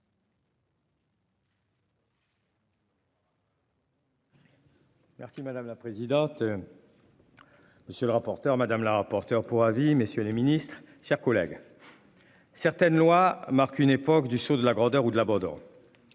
Merci madame la présidente. Monsieur le rapporteur, madame la rapporteure pour avis, messieurs les Ministres, chers collègues. Certaines lois marquent une époque du sceau de la grandeur ou de l'abandon.